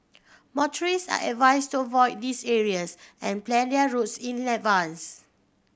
motorists are advised to avoid these areas and plan their routes in advance